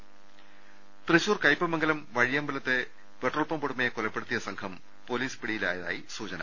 ദ്യ തൃശൂർ കയ്പമംഗലം വഴിയമ്പലത്തെ പെട്രോൾ പമ്പുടമയെ കൊലപ്പെടുത്തിയ സംഘം പൊലീസ് പിടിയിലായതായി സൂചന